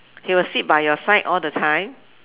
he will sit by your side all the time